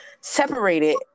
separated